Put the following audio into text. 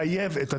חייבת להיות.